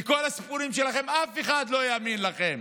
כי כל הסיפורים שלכם, אף אחד יאמין לכם.